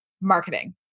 marketing